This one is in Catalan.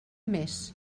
més